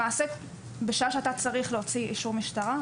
למעשה בשעה שאתה צריך להוציא אישור משטרה,